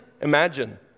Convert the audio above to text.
Imagine